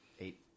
eight